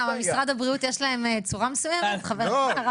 למה משרד הבריאות יש להם צורה מסוימת חבר הכנסת הרב גפני?